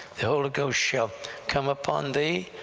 the holy ghost shall come upon thee,